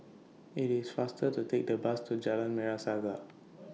IT IS faster to Take The Bus to Jalan Merah Saga